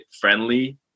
friendly